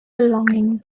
belonging